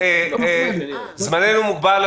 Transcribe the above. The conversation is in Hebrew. זמננו מוגבל.